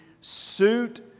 suit